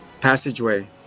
passageway